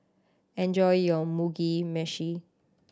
enjoy your Mugi Meshi